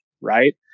right